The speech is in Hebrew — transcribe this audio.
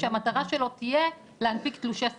שהמטרה שלו תהיה להנפיק תלושי שכר,